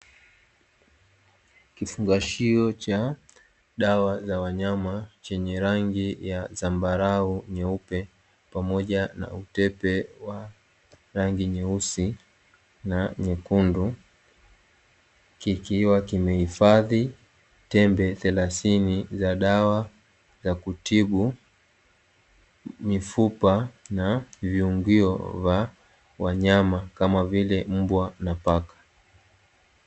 Kifungashio cha dawa za wanyama chenye rangi ya zambarau, nyeupe pamoja na utepe wa rangi nyeusi na nyekundu, kikiwa kimehifadhi tembe thelathini za dawa za kutibu mifupa na viungio vya wanyama kama vile mbwa na paka.